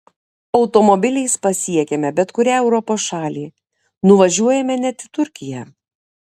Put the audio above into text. automobiliais pasiekiame bet kurią europos šalį nuvažiuojame net į turkiją